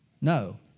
No